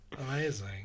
Amazing